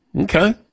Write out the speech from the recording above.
okay